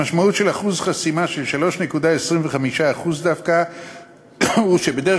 המשמעות של אחוז חסימה של 3.25% דווקא היא שבדרך